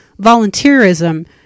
volunteerism